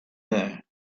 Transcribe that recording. there